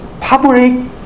public